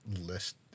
list